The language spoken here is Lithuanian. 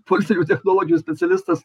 politinių technologijų specialistas